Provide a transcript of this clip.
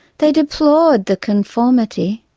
they deplored the conformity,